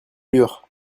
lûrent